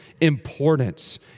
importance